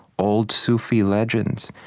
old sufi legends.